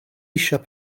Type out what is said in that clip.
eisiau